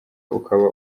ukaba